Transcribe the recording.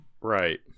Right